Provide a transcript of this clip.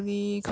为什么